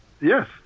Yes